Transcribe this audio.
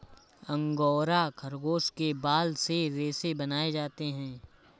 angora खरगोश के बाल से रेशे बनाए जाते हैं